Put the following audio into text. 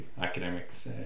academics